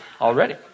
already